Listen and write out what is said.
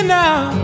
now